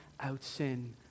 out-sin